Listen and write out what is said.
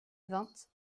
vingt